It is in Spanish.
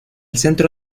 centro